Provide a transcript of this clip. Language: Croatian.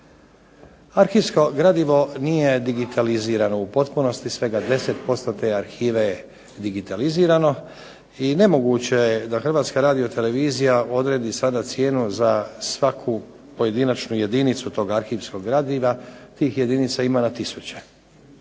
Arhivsko gradivo nije digitalizirano u potpunosti, svega 10% te arhive je digitalizirano i nemoguće je da HRT odredi sada cijenu za svaku pojedinačnu jedinicu tog arhivskog gradiva, tih jedinica ima na tisuće.